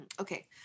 Okay